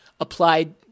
applied